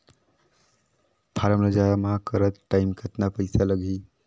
Form ला जमा करत टाइम कतना पइसा लगही?